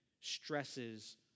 stresses